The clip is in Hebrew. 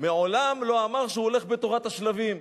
מעולם לא אמר שהוא הולך בתורת השלבים.